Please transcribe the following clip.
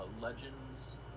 Legends